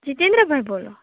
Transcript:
જિતેન્દ્રભાઈ બોલો